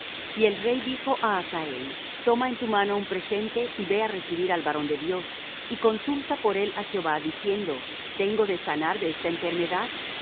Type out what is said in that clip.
y el rey dijo á hazael toma en tu mano un presente y ve á recibir al varón de dios y consulta por él á jehová diciendo tengo de sanar de esta enfermedad